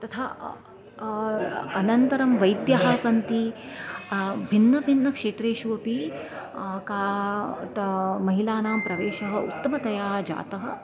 तथा अनन्तरं वैद्यः सन्ति भिन्नभिन्न क्षेत्रेषु अपि का महिलानां प्रवेशः उत्तमतया जातः